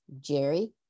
Jerry